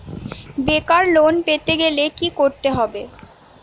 বেকার লোন পেতে গেলে কি করতে হবে?